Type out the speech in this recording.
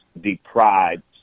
deprived